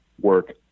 work